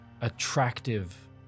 attractive